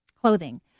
clothing